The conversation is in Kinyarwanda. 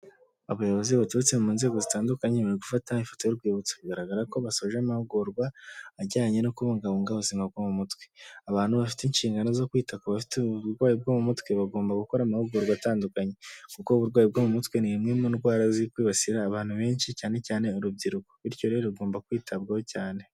Abayobozi baturutse mu nzego zitandukanye bari gufata ifoto y'urwibutso bigaragara ko basoje amahugurwa ajyanye no kubungabunga ubuzima bwo mu mutwe, abantu bafite inshingano zo kwita ku bafite uburwayi bwo mu mutwe bagomba gukora amahugurwa atandukanye kuko uburwayi bwo mu mutwe ni imwe mu ndwara zi kwibasira abantu benshi cyane cyane urubyiruko bityo rero rugomba kwitabwaho cyane.